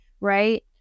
right